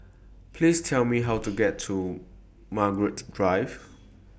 Please Tell Me How to get to Margaret Drive